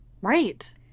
Right